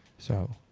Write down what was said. so.